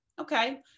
okay